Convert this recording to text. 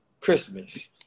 christmas